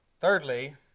Thirdly